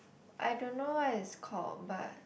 I don't know what is it called but